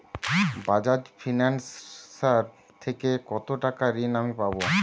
Bajaj Finserv থেকে কতো টাকা ঋণ আমি পাবো?